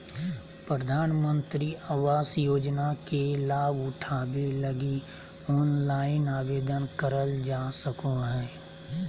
प्रधानमंत्री आवास योजना के लाभ उठावे लगी ऑनलाइन आवेदन करल जा सको हय